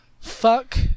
Fuck